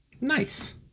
Nice